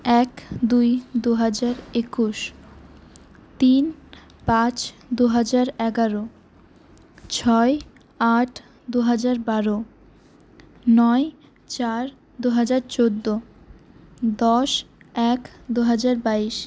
এক দুই দুহাজার একুশ তিন পাঁচ দুহাজার এগারো ছয় আট দুহাজার বারো নয় চার দুহাজার চৌদ্দ দশ এক দুহাজার বাইশ